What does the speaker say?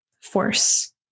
force